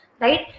right